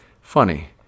Funny